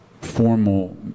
formal